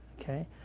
okay